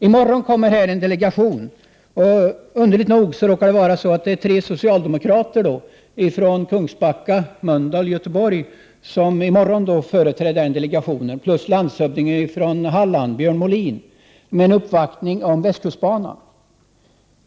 I morgon kommer en delegation, som underligt nog består av tre socialdemokrater från Kungsbacka, Mölndal och Göteborg plus landshövdingen från Halland, Björn Molin, för att göra en uppvaktning om västkustbanan.